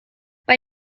bei